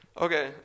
Okay